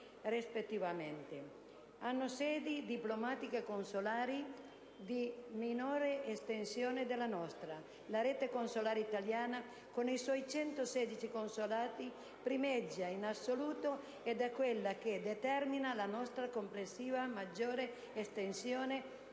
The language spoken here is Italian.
sedi, hanno reti diplomatico-consolari di minore estensione della nostra. La rete consolare italiana, con i suoi 116 consolati, primeggia in assoluto ed è quella che determina la nostra complessiva maggiore estensione